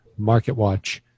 MarketWatch